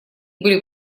были